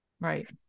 Right